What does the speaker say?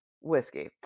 whiskey